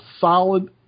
solid